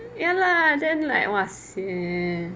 ya lah then like !wah! sian